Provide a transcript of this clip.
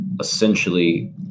essentially